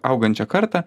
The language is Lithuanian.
augančią kartą